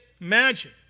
Imagine